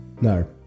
No